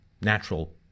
natural